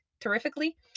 terrifically